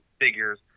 figures